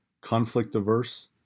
conflict-averse